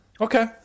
Okay